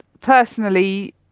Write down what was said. personally